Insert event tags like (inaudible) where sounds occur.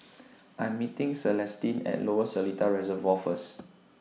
(noise) I'm meeting Celestine At Lower Seletar Reservoir First